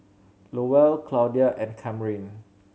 Lowell Claudia and Kamryn